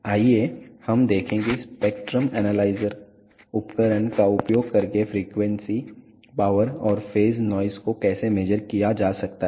आइए हम देखें कि स्पेक्ट्रम एनालाइजर उपकरण का उपयोग करके फ्रीक्वेंसी पावर और फेज नॉइस को कैसे मेज़र किया जा सकता है